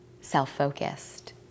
self-focused